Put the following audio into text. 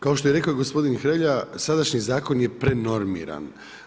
Kao što je rekao gospodin Hrelja, sadašnji Zakon je prenormiran.